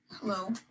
hello